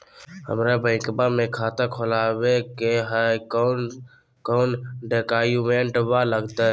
हमरा बैंकवा मे खाता खोलाबे के हई कौन कौन डॉक्यूमेंटवा लगती?